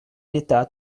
l’état